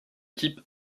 type